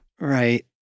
Right